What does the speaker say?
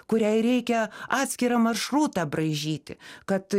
kuriai reikia atskirą maršrutą braižyti kad